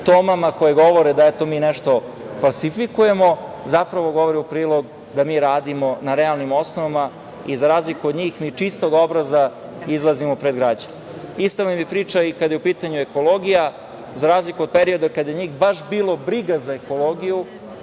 Tomama koje govore da mi nešto falsifikujemo govore u prilog da mi radimo na realnim osnovama. Za razliku od njih, mi čistog obraza izlazimo pred građane. Ista je priča i kada je u pitanju ekologija. Za razliku od perioda kada je njih baš bilo briga za ekologiju,